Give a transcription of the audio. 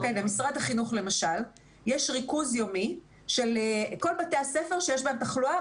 למשרד החינוך למשל יש ריכוז יומי של כל בתי הספר שיש בהם תחלואה,